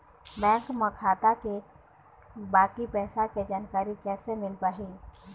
Bank म खाता के बाकी पैसा के जानकारी कैसे मिल पाही?